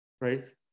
Right